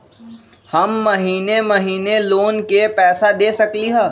हम महिने महिने लोन के पैसा दे सकली ह?